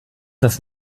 das